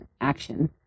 action